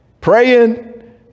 Praying